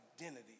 identity